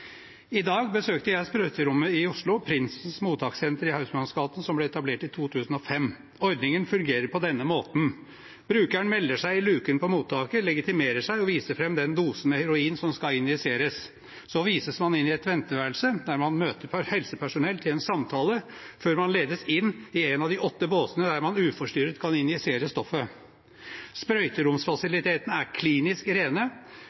I dag besøkte jeg sprøyterommet i Oslo, Prindsen mottakssenter i Hausmanns gate, som ble etablert i 2005. Ordningen fungerer på denne måten: Brukeren melder seg i luken på mottaket, legitimerer seg og viser fram dosen med heroin som skal injiseres. Så vises man inn i et venteværelse, der man møter helsepersonell til en samtale før man ledes inn i en av de åtte båsene der man uforstyrret kan injisere stoffet. Sprøyteromsfasilitetene er klinisk rene.